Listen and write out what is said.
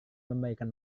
memberikan